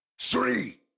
three